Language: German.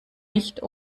nicht